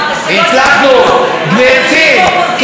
אתם יושבים באופוזיציה, אתם מברברים, כלום.